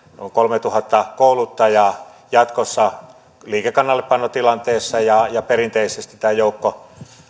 noin kolmetuhatta kouluttajaa jatkossa liikekannallepanotilanteessa ja ja perinteisesti tämä joukko